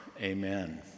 amen